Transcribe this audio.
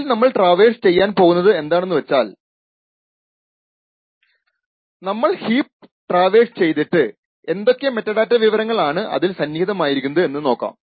അതിൽ നമ്മൾ ചെയ്യാൻ പോകുന്നത് എന്താണെന്നു വച്ചാൽ നമ്മൾ ഹീപ്പ് ട്രാവേഴ്സ് ചെയ്തിട്ട് എന്തൊക്കെ മെറ്റാഡാറ്റ വിവരങ്ങൾ ആണ് അതിൽ സന്നിഹിതമായിരിക്കുന്നത് എന്ന് നോക്കാം